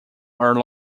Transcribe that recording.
are